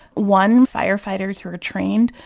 one, firefighters who are trained,